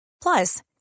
Plus